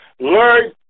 learn